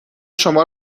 شما